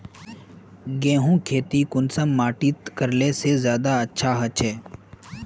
गेहूँर खेती कुंसम माटित करले से ज्यादा अच्छा हाचे?